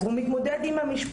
אז הוא מתמודד עם המשפחה.